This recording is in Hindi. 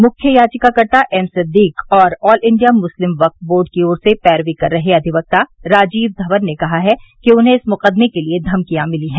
मुख्य याचिकाकर्ता एम सिदीक और All India Muslim Waqf Board की ओर से पैरवी कर रहे अधिवक्ता राजीव धवन ने कहा है कि उन्हें इस मुकदमे के लिए धमकियां मिली हैं